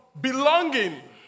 belonging